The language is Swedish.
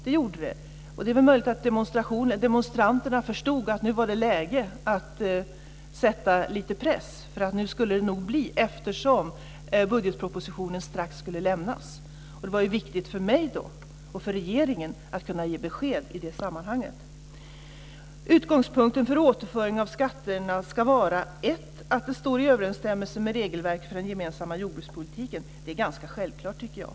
Det är möjligt att demonstranterna förstod att det var läge att sätta lite press, eftersom budgetpropositionen strax skulle lämnas. Det var ju då viktigt för mig och för regeringen att kunna ge besked i det sammanhanget. Utgångspunkten för återföring av skatterna ska för det första vara att det står i överensstämmelse med regelverket för den gemensamma jordbrukspolitiken. Det är ganska självklart tycker jag.